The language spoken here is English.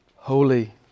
Holy